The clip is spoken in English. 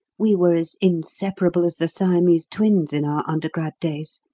we were as inseparable as the siamese twins in our undergrad days.